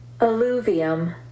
Alluvium